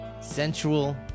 sensual